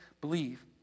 believe